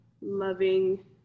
loving